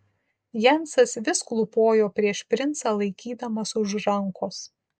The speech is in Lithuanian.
jensas vis klūpojo prieš princą laikydamas už rankos